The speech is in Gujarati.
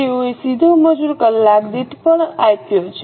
તેઓએ સીધો મજૂર કલાકદીઠ દર પણ આપ્યો છે